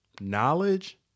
knowledge